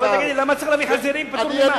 אבל תגיד לי, למה להביא חזירים פטור ממס?